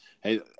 Hey